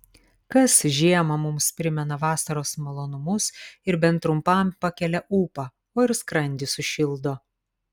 kas žiemą mums primena vasaros malonumus ir bent trumpam pakelią ūpą o ir skrandį sušildo